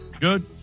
Good